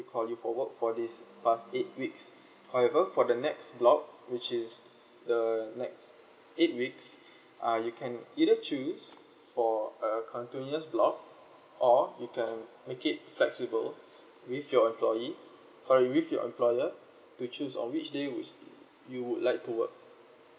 call you for work for this past eight weeks however for the next block which is the next eight weeks uh you can either choose for a continuous block or you can make it flexible with your employee sorry with your employer to choose on which day which you you would like to work